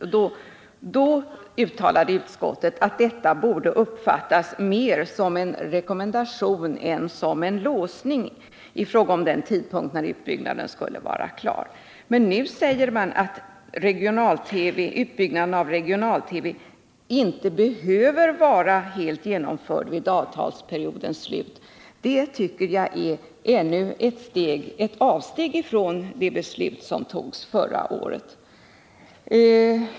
Utskottet uttalade då att detta borde uppfattas mer som en rekommendation än som en låsning i fråga om den tidpunkt då utbyggnaden skulle vara klar. Men nu säger man att utbyggnaden av regional-TV inte behöver vara helt genomförd vid avtalsperiodens slut. Detta tycker jag är ett avsteg ifrån det beslut som fattades förra året.